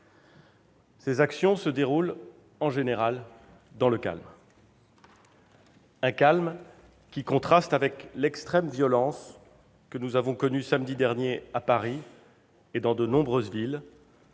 Ces actions se déroulent, en général, dans le calme, un calme qui contraste avec l'extrême violence que nous avons connue samedi dernier à Paris et dans de nombreuses villes